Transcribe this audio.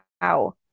wow